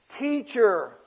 Teacher